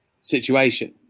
situation